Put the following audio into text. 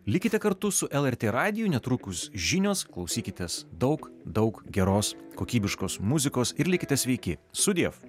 likite kartu su lrt radiju netrukus žinios klausykitės daug daug geros kokybiškos muzikos ir likite sveiki sudiev